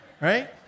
right